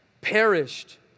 perished